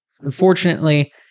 Unfortunately